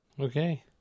okay